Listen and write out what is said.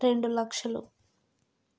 రెండు లక్షలు